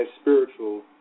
spiritual